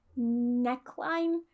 neckline